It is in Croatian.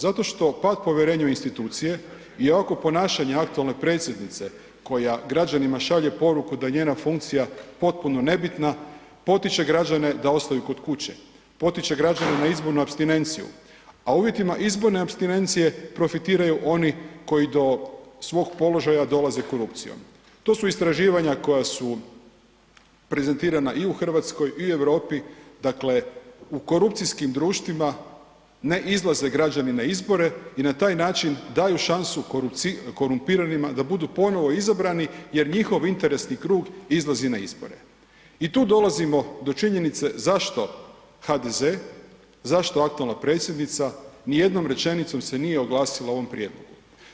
Zato što pad povjerenja u institucije i ovakvo ponašanje aktualne predsjednice koja građanima šalje poruku da je njena funkcija potpuno nebitna, potiče građane da ostaju kod kuće, potiče građane na izbornu apstinenciju, a u uvjetima izborne apstinencije profitiraju oni koji do svog položaja dolaze korupcijom, to su istraživanja koja su prezentirana i u RH i u Europi, dakle u korupcijskim društvima ne izlaze građani na izbore i na taj način daju šansu korumpiranima da budu ponovo izabrani jer njihov interesni krug izlazi na izbore i tu dolazimo do činjenice zašto HDZ, zašto aktualna predsjednica nijednom rečenicom se nije oglasila o ovom prijedlogu.